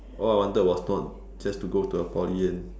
all I wanted was not just to go into a poly and